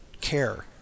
care